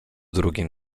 drugiej